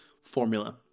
formula